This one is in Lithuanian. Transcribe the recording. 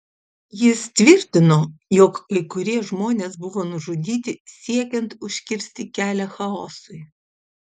jis tvirtino jog kai kurie žmonės buvo nužudyti siekiant užkirsti kelią chaosui